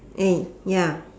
eh ya